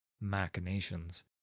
machinations